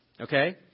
Okay